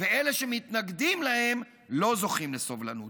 ואלה שמתנגדים להם לא זוכים לסובלנות.